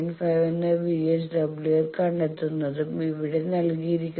5 എന്ന വിഎസ്ഡബ്ല്യുആർ കണ്ടെത്തുന്നതും ഇവിടെ നൽകിയിരിക്കുന്നു